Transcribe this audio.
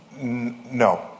No